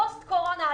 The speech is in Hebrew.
הפוסט קורונה.